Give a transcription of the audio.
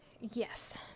yes